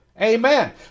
Amen